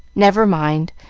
never mind,